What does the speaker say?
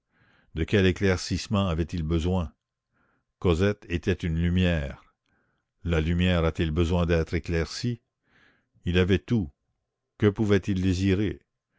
de quel éclaircissement avait-il besoin cosette était une lumière la lumière a-t-elle besoin d'être éclaircie il avait tout que pouvait-il désirer